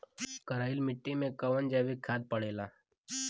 करइल मिट्टी में कवन जैविक खाद पड़ेला?